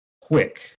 quick